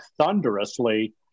thunderously